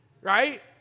Right